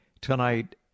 tonight